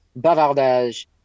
bavardage